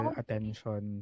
attention